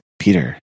Peter